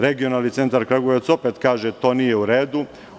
Regionalni centar Kragujevac opet kaže da to nije u redu.